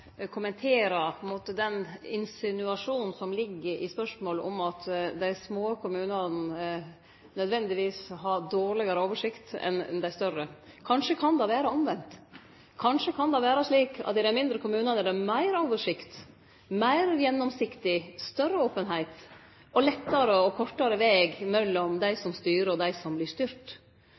den insinuasjonen som ligg i spørsmålet, om at dei små kommunane nødvendigvis har dårlegare oversikt enn dei større. Kanskje kan det vere omvendt? Kanskje kan det vere slik at i dei mindre kommunane er det meir oversikt, meir gjennomsiktig, større openheit og lettare og kortare veg mellom dei som styrer, og dei som